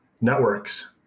networks